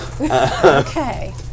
Okay